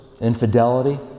infidelity